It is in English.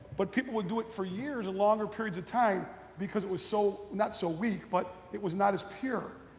but people would do it for years and longer periods of time because it was so, not so weak but, it was not as pure.